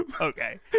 okay